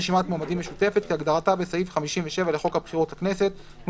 "רשימת מועמדים משותפת" כהגדרתה בסעיף 57 לחוק הבחירות לכנסת ,